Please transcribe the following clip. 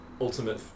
Ultimate